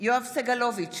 יואב סגלוביץ'